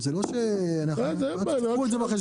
זאת אומרת תיקחו את זה בחשבון.